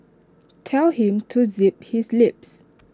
tell him to zip his lip